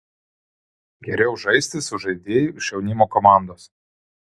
geriau žaisti su žaidėju iš jaunimo komandos